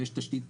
ויש תשתית,